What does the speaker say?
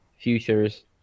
futures